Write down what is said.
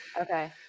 okay